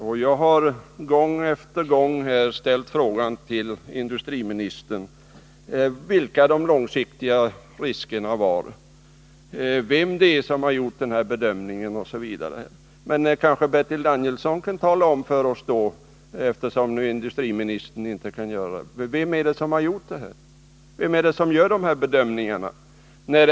Men jag har gång på gång frågat industriministern vilka de långsiktiga riskerna var, vem det är som gjort bedömningen osv. Eftersom industriministern inte kan ge oss något besked, kanske Bertil Danielsson kan tala om för oss vem det är som gör de här bedömningarna.